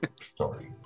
story